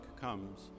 comes